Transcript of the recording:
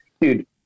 Dude